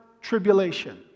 tribulation